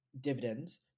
dividends